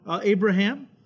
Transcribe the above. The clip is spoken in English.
Abraham